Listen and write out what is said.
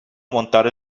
montar